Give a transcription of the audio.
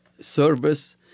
service